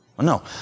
No